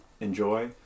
Enjoy